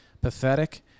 pathetic